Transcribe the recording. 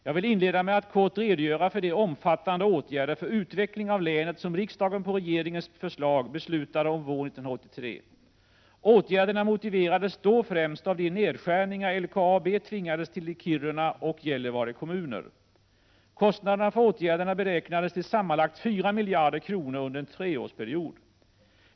Jag vill inleda med att kort redogöra för de omfattande åtgärder för utveckling av länet som riksdagen på regeringens förslag beslutade om våren 1983. Åtgärderna motiverades då främst av de nedskärningar LKAB tvingades till i Kiruna och Gällivare kommuner. Kostnaden för åtgärderna beräknades till sammanlagt 4 miljarder kronor under en treårsperiod.